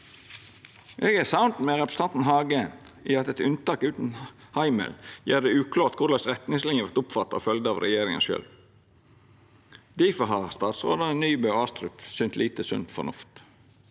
Eg er samd med representanten Hagen i at eit unntak utan heimel gjer det uklart korleis retningslinjer vert oppfatta og følgde av regjeringa sjølv. Difor har statsrådane Nybø og Astrup synt lite sunn fornuft.